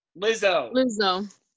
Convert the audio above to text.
lizzo